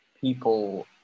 people